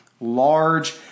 large